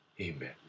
Amen